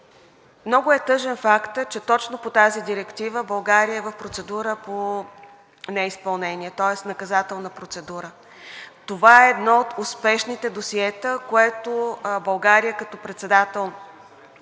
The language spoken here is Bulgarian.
много е тъжен фактът, че точно по тази директива България е в процедура по неизпълнение, тоест наказателна процедура. Това е едно от успешните досиета, което България като председател